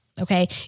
Okay